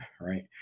right